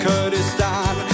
Kurdistan